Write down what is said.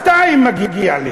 שתיים מגיע לי.